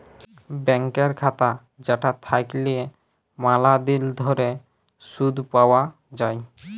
ব্যাংকের খাতা যেটা থাকল্যে ম্যালা দিল ধরে শুধ পাওয়া যায়